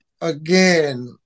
again